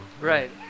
Right